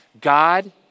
God